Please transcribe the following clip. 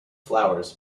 flowers